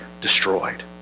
destroyed